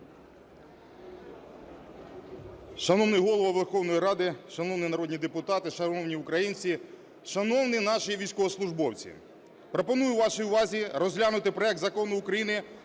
Шановний Голово Верховної Ради! Шановні народні депутати! Шановні українці! Шановний наші військовослужбовці! Пропоную вашій увазі розглянути проект Закону України